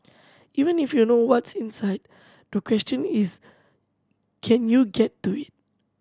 even if you know what's inside the question is can you get to it